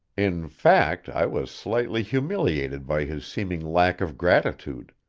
in fact i was slightly humiliated by his seeming lack of gratitude.